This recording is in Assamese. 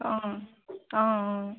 অঁ অঁ